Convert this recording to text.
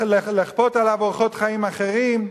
לכפות עליו אורחות חיים אחרים?